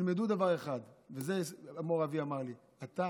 תלמדו דבר אחד, וזה מור אבי אמר לי: אתה